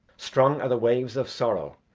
strong are the waves of sorrow,